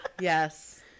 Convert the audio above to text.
Yes